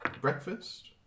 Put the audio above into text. Breakfast